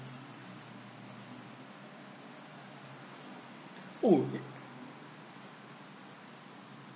oh